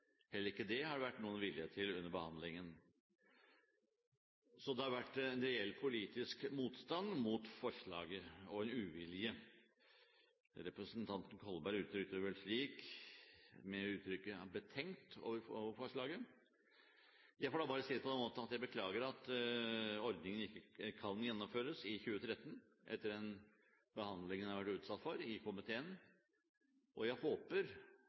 Heller ikke det har det under behandlingen vært noen vilje til. Så det har vært reell politisk motstand, og en uvilje, mot forslaget. Representanten Kolberg uttrykte vel å være «betenkt» over forslaget. Jeg får da bare si det på den måten at jeg beklager at ordningen ikke kan gjennomføres i 2013, etter den behandlingen det har vært utsatt for i komiteen, og jeg håper